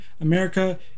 America